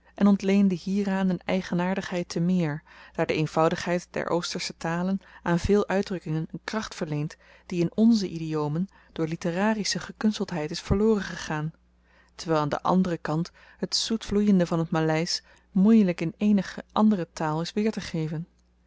en ontleende hieraan een eigenaardigheid temeer daar de eenvoudigheid der oostersche talen aan veel uitdrukkingen een kracht verleent die in nze idiomen door litterarische gekunsteldheid is verloren gegaan terwyl aan den anderen kant het zoetvloeiende van t maleisch moeielyk in eenige andere taal is weertegeven